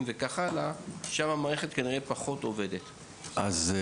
וכך הלאה כנראה שהמערכת פחות עובדת שם.